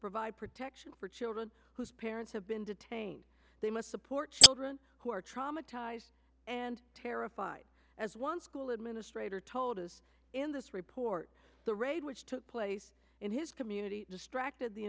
provide protection for children whose parents have been detained they must support children who are traumatized and terrified as one school administrator told us in this report the raid which took place in his community distracted the